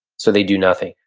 so they do nothing.